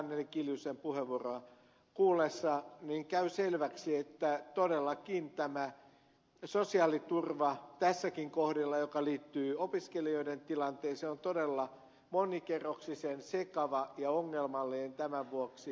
anneli kiljusen puheenvuoroa kuullessa käy selväksi että todellakin tämä sosiaaliturva tässäkin kohdin mikä liittyy opiskelijoiden tilanteeseen on todella monikerroksisen sekava ja ongelmallinen tämän vuoksi